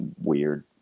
weird